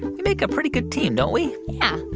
we make a pretty good team, don't we? yeah,